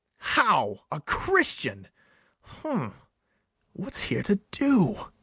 how! a christian hum what's here to do?